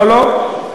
לא, לא.